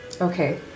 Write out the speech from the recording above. Okay